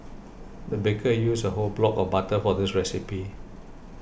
the baker used a whole block of butter for this recipe